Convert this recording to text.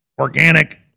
organic